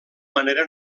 manera